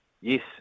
Yes